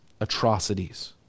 atrocities